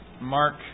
Mark